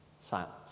Silence